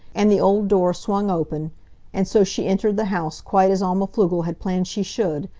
and the old door swung open and so she entered the house quite as alma pflugel had planned she should,